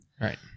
Right